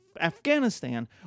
Afghanistan